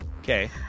Okay